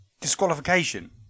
disqualification